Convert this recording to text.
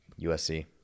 USC